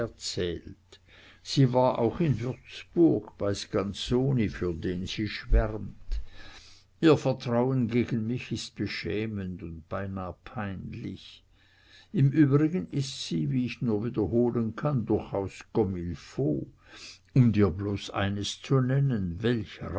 sie war auch in würzburg bei scanzoni für den sie schwärmt ihr vertrauen gegen mich ist beschämend und beinahe peinlich im übrigen ist sie wie ich nur wiederholen kann durchaus comme il faut um dir bloß eines zu nennen welch